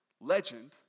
legend